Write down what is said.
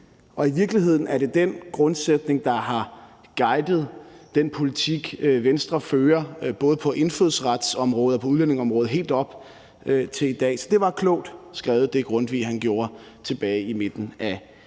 og i virkeligheden er det den grundsætning, der har guidet den politik, Venstre fører, både på indfødsretsområdet og på udlændingeområdet helt op til i dag. Så det, Grundtvig skrev tilbage i midten af